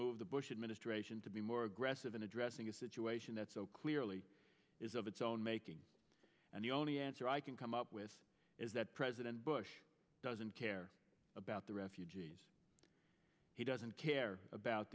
move the bush administration to be more aggressive in addressing a situation that so clearly is of its own making and the only answer i can come up with is that president bush doesn't care about the refugees he doesn't care about